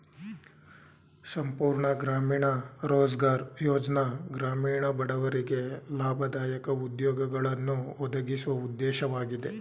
ಸಂಪೂರ್ಣ ಗ್ರಾಮೀಣ ರೋಜ್ಗಾರ್ ಯೋಜ್ನ ಗ್ರಾಮೀಣ ಬಡವರಿಗೆ ಲಾಭದಾಯಕ ಉದ್ಯೋಗಗಳನ್ನು ಒದಗಿಸುವ ಉದ್ದೇಶವಾಗಿದೆ